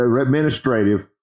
administrative